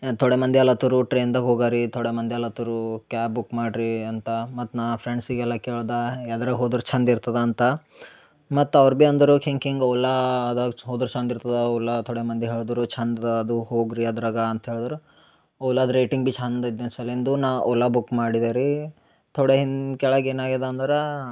ತೋಡೆ ಮಂದಿ ಅಲ್ಲತ್ತರು ಟ್ರೇನ್ದಾಗ ಹೋಗಾರ ರೀ ತೋಡೆ ಮಂದಿ ಅನ್ಲತ್ತರೂ ಕ್ಯಾಬ್ ಬುಕ್ ಮಾಡ್ರೀ ಅಂತ ಮತ್ತೆ ನಾ ಫ್ರೆಂಡ್ಸಿಗೆಲ್ಲ ಕೇಳ್ದ ಎದ್ರಗೆ ಹೋದ್ರ ಚಂದ್ ಇರ್ತದೆ ಅಂತ ಮತ್ತೆ ಅವ್ರ ಬಿ ಅಂದರು ಕಿಂಗ್ ಕಿಂಗ್ ಓಲಾದಾಗ ಚೋದ್ರ ಚಂದ್ ಇರ್ತದ ಓಲಾ ತೋಡೆ ಮಂದಿ ಹೇಳ್ದರು ಚಂದದ ಅದು ಹೋಗ್ರಿ ಅದ್ರಾಗ ಅಂತ ಹೇಳದರು ಓಲಾದ ರೇಟಿಂಗ್ ಬಿ ಚಂದ ಇದ್ನೇ ಸಲೆಂದು ನಾ ಓಲಾ ಬುಕ್ ಮಾಡಿದೆ ರೀ ತೋಡೆ ಹಿನ್ ಕೆಳಗ ಏನಾಗ್ಯದ ಅಂದ್ರಾ